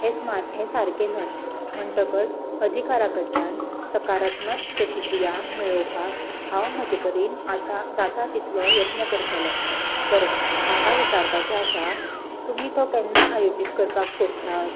हे स्मार हे सारकें न्हय म्हणटकच अधिकारा कडल्यान सकारात्मक प्रतिक्रिया मेळोवपाक हांव म्हजे परेन आतां जाता तितलो यत्न करतले बरें म्हाका विचारपाचें आसा तुमी तो केन्ना आयोजीत करपाक सोदतात